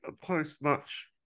post-match